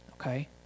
Okay